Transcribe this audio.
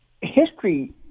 history